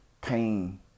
pain